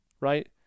right